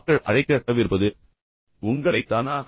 மக்கள் அழைக்க தவிர்ப்பது உங்களைத் தானா